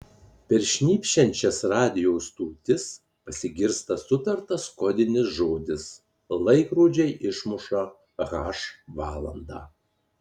per šnypščiančias radijo stotis pasigirsta sutartas kodinis žodis laikrodžiai išmuša h valandą